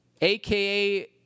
AKA